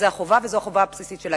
זאת החובה, וזאת החובה הבסיסית שלה.